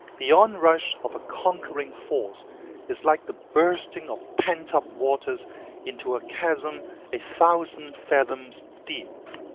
the onrush of a conquering force is like the bursting of pent-up waters into a chasm a thousand fathoms deep.